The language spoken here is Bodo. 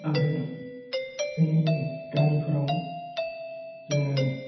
आरो जोंनि गामिफोराव जोङो